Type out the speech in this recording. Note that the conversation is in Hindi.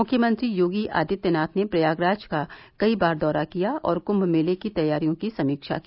मुख्यमंत्री योगी आदित्यनाथ ने प्रयागराज का कई बार दौरा किया और कुम्म मेले की तैयारियों की समीक्षा की